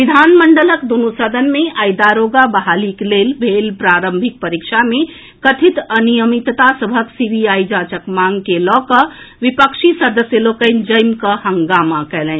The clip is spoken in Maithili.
विधानमंडलक दुनू सदन मे आइ दारोगा बहालीक लेल भेल प्रारंभिक परीक्षा मे कथित अनियमितता सभक सीबीआई जांचक मांग के लऽकऽ विपक्षी सदस्य लोकनि जमिकऽ हंगामा कएलनि